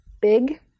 big